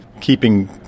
keeping